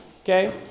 Okay